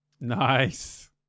Nice